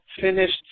finished